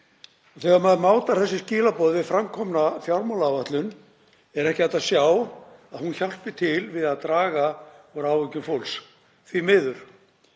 Þegar maður mátar þessi skilaboð við framkomna fjármálaáætlun er ekki hægt að sjá að hún hjálpi til við að draga úr áhyggjum fólks, því miður.